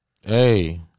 Hey